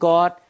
God